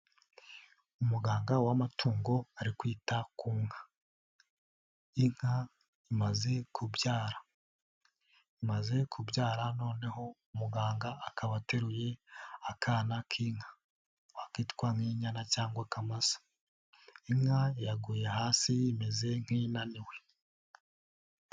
Umuganga w'amatungo ari kwita ku nka, inka imaze kubyara, imaze kubyara noneho umuganga akaba ateruye akana k'inka, akitwa inyana cyangwa akamasa, inka yaguye hasi imeze nk'inaniwe.